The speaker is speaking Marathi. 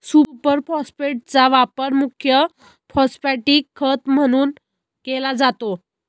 सुपर फॉस्फेटचा वापर मुख्य फॉस्फॅटिक खत म्हणून केला जातो